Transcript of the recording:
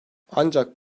ancak